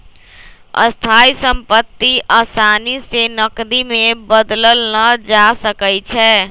स्थाइ सम्पति असानी से नकदी में बदलल न जा सकइ छै